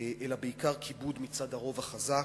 אלא בעיקר כיבוד מצד הרוב, החזק,